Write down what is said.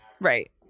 Right